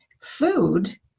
Food